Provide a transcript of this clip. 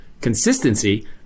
consistency